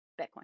Bitcoin